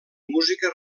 música